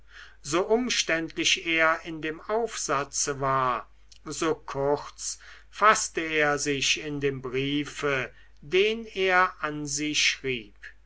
so umständlich er in dem aufsatze war so kurz faßte er sich in dem briefe den er an sie schrieb